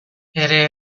ere